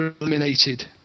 eliminated